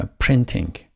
printing